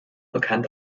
bekannt